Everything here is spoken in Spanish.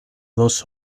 dos